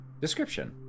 Description